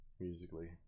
Musically